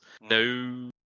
no